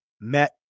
met